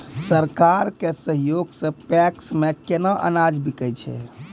सरकार के सहयोग सऽ पैक्स मे केना अनाज बिकै छै?